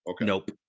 Nope